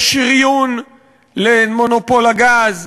יש שריוּן למונופול הגז,